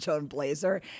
blazer